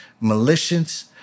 malicious